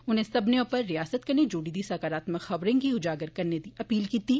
उनें सब्बने उप्पर रियासत कन्नै जुड़ी दी सकारात्मक खबरें गी उजागर करने दी अपील कीत्ती